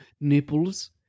nipples